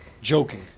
joking